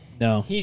No